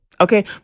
Okay